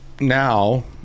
now